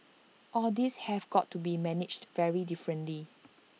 all these have got to be managed very differently